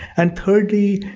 and thirdly,